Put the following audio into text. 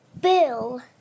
Bill